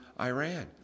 Iran